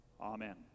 Amen